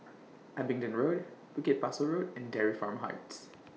Abingdon Road Bukit Pasoh Road and Dairy Farm Heights